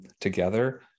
together